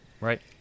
Right